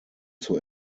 zur